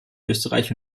österreich